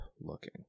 looking